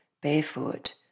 barefoot